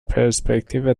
پرسپکتیو